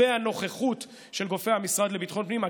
והנוכחות של גופי המשרד לביטחון פנים.